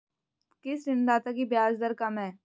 किस ऋणदाता की ब्याज दर कम है?